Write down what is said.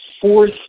fourth